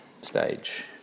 stage